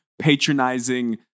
patronizing